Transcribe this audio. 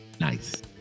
Nice